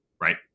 right